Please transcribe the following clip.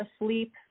asleep